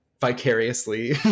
vicariously